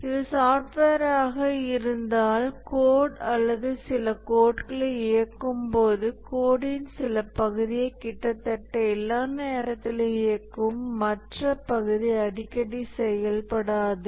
இது சாப்ட்வேராக இருந்தால் கோட் அல்லது சில கோட்களை இயக்கும் போது கோடின் சில பகுதியை கிட்டத்தட்ட எல்லா நேரத்திலும் இயக்கும் மற்ற பகுதி அடிக்கடி செயல்படாது